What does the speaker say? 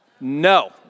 No